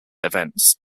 events